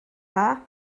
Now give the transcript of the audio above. dda